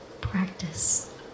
Practice